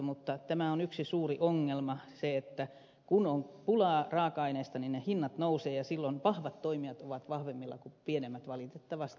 mutta tämä on yksi suuri ongelma se että kun on pulaa raaka aineesta niin hinnat nousevat ja silloin vahvat toimijat ovat vahvemmilla kuin pienemmät valitettavasti